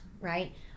right